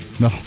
No